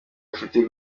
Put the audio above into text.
afitiye